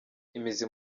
imizi